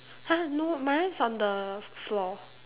!huh! no my one is on the floor